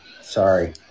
sorry